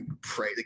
pray